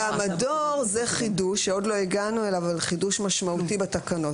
המדור הוא חידוש שעוד לא הגענו אליו אבל זה חידוש משמעותי בתקנות